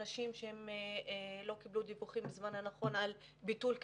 שלא קיבלו דיווחים בזמן הנכון על ביטול קווים,